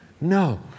No